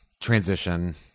Transition